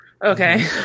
Okay